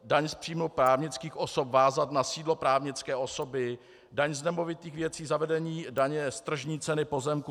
Daň z příjmu právnických osob vázat na sídlo právnické osoby, daň z nemovitých věcí, zavedení daně z tržní ceny pozemku.